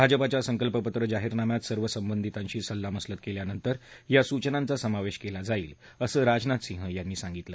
भाजपाच्या संकल्पपत्र जाहीरनाम्यात सर्व संबंधितांशी सल्लामसलत कल्पानंतर या सूचनांचा समावधीकला जाईल असं राजनाथ सिंह यांनी सांगितलं